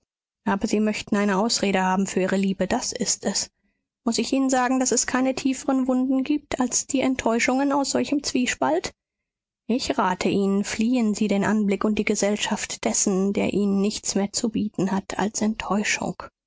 aber sie möchten eine ausrede haben für ihre liebe das ist es muß ich ihnen sagen daß es keine tieferen wunden gibt als die enttäuschungen aus solchem zwiespalt ich rate ihnen fliehen sie den anblick und die gesellschaft dessen der ihnen nichts mehr zu bieten hat als enttäuschung